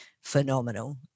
phenomenal